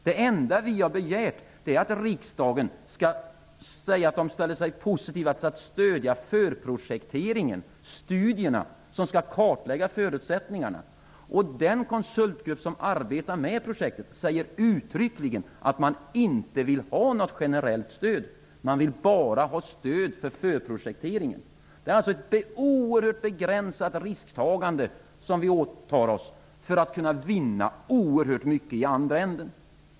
Det enda vi har begärt är att riksdagen skall säga att man ställer sig positiv till att stödja förprojekteringen -- studierna -- som skall kartlägga förutsättningarna. De konsulter som arbetar med projektet säger uttryckligen att de inte vill ha något generellt stöd. De vill bara ha stöd till förprojekteringen. Vi åtar oss alltså ett oerhört begränsat risktagande för att kunna vinna mycket i andra änden.